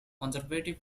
conservative